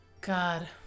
God